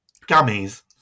Gummies